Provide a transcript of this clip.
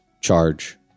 charge